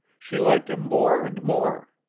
she liked him more and more.